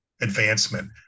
advancement